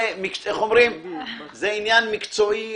זה עניין מקצועי